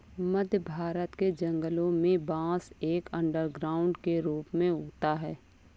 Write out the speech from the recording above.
मध्य भारत के जंगलों में बांस एक अंडरग्राउंड के रूप में उगता है